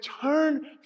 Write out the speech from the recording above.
Turn